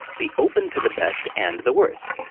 be open to the best and the worst.